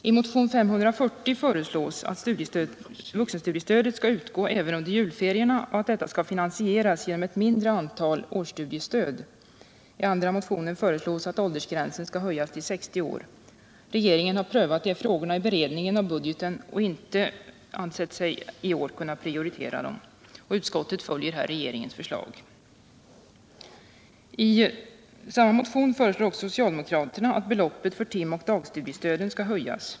I motion 540 föreslås att vuxenstudiestödet skall utgå även under julferierna och att det skall finansieras genom ett mindre antal årsstudiestöd. I andra motioner föreslås att åldersgränsen skall höjas till 60 år. Regeringen har prövat de här frågorna vid beredningen av budgeten men inte ansett sig kunna prioritera dem i år. Utskottet följer här regeringens förslag. I samma motion föreslår också socialdemokraterna att beloppet för timoch dagstudiestöden skall höjas.